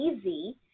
easy